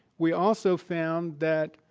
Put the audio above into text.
we also found that